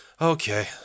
Okay